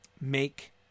make